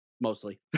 mostly